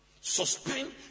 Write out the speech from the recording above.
Suspend